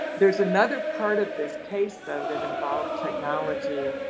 there's another part of this case though that involved technology,